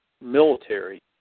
military